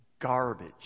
garbage